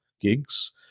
gigs